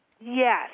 Yes